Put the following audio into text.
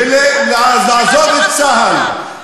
ולעזוב את צה"ל.